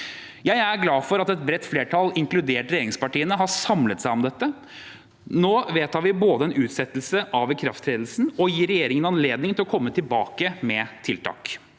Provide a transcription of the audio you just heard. Jeg er glad for at et bredt flertall, inkludert regjeringspartiene, har samlet seg om dette. Vi vedtar nå en utsettelse av ikrafttredelsen og gir regjeringen anledning til å komme tilbake med tiltak.